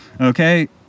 Okay